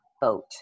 boat